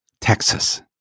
Texas